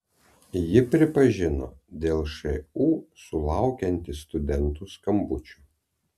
ji pripažino dėl šu sulaukianti studentų skambučių